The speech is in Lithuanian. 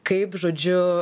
kaip žodžiu